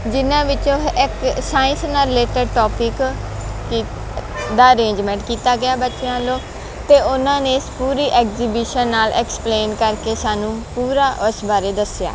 ਜਿਨ੍ਹਾਂ ਵਿੱਚੋਂ ਇੱਕ ਸਾਇੰਸ ਨਾਲ ਰਿਲੇਟਡ ਟੋਪਿਕ ਕ ਦਾ ਅਰੇਂਜਮੈਂਟ ਕੀਤਾ ਗਿਆ ਬੱਚਿਆਂ ਵੱਲੋਂ ਅਤੇ ਉਹਨਾਂ ਨੇ ਇਸ ਪੂਰੀ ਐਗਜੀਬਿਸ਼ਨ ਨਾਲ ਐਕਸਪਲੇਨ ਕਰਕੇ ਸਾਨੂੰ ਪੂਰਾ ਉਸ ਬਾਰੇ ਦੱਸਿਆ